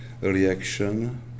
reaction